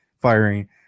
firing